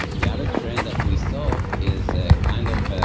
the other trend that we saw is ah kind of